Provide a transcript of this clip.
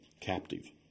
captive